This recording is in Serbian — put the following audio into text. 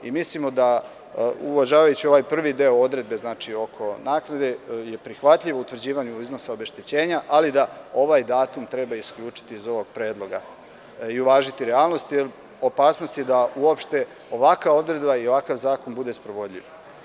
Mislimo da, uvažavajući ovaj prvi deo odredbe oko naknade je prihvatljiv u utvrđivanju iznosa obeštećenja, ali da ovaj datum treba isključiti iz ovog predloga i uvažiti realnost, jer opasnost je da uopšte ovakva odredba i ovakav zakon bude sprovodljiv.